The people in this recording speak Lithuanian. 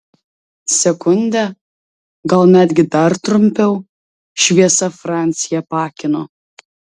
sekundę gal netgi dar trumpiau šviesa francį apakino